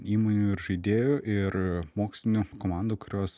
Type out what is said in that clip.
įmonių ir žaidėjų ir mokslinių komandų kurios